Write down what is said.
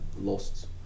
lost